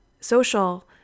social